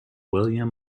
william